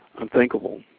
unthinkable